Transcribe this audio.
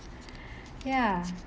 ya